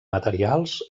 materials